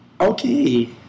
Okay